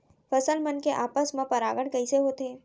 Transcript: फसल मन के आपस मा परागण कइसे होथे?